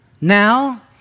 now